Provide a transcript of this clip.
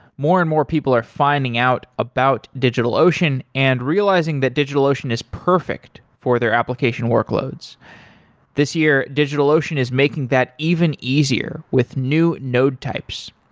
more and more people are finding out about digitalocean and realizing that digitalocean is perfect for their application workloads this year, digitalocean is making that even easier with new node types.